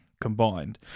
combined